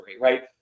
right